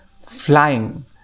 flying